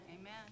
Amen